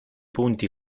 punti